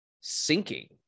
sinking